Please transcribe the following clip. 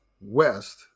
West